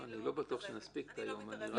אני לא מתערבת בעבודת הכנסת.